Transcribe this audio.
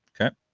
Okay